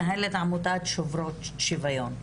עמותת שוברות שוויון.